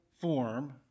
form